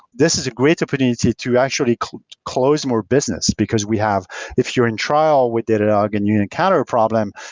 this is a great opportunity to actually close close more business, because we have if you're in trial with datadog and you encounter a problem,